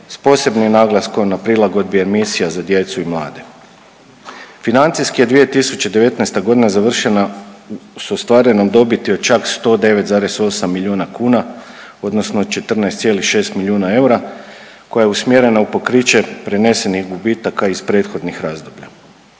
posebnim naglaskom na prilagodbi emisija za djecu i mlade. Financijske je 2019. g. završena s ostvarenom dobiti od čak 109,8 milijuna kuna, odnosno 14,6 milijuna eura koja je usmjerena u pokriće prenesenih gubitaka iz prethodnih razdoblja.